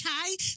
okay